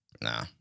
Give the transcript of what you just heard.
Nah